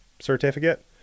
certificate